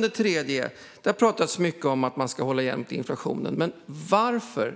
Det tredje är att det har talats mycket om att man ska hålla nere inflationen. Men varför